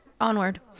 onward